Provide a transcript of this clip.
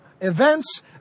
events